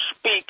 speak